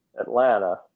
Atlanta